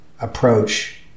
approach